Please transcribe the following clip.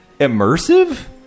immersive